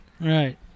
Right